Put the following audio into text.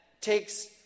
takes